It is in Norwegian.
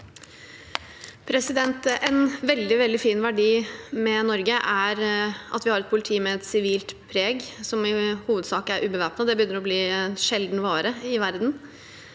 veldig, veldig fin verdi med Norge er at vi har et politi med et sivilt preg og som i hovedsak er ubevæpnet. Det begynner å bli en sjelden vare i verden.